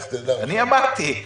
אמרתי,